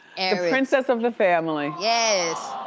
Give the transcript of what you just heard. princess of the family? yes,